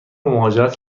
مهاجرت